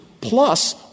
plus